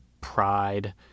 pride